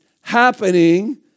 happening